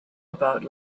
about